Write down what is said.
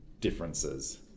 differences